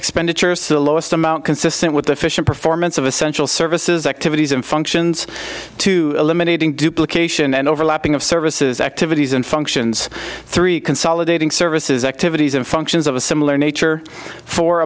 expenditures to the lowest amount consistent with official performance of essential services activities and functions to eliminating duplication and overlapping of services activities and functions three consolidating services activities and functions of a similar nature for